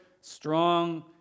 strong